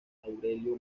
aurelio